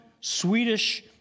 Swedish